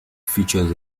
features